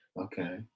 Okay